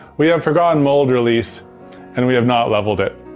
we have forgotten mold release and we have not leveled it.